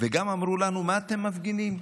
וגם אמרו לנו: מה אתם מפגינים?